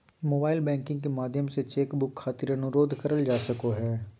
mobile banking के माध्यम से चेक बुक खातिर अनुरोध करल जा सको हय